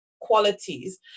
qualities